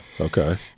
Okay